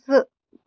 زٕ